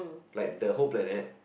like the whole planet